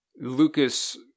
Lucas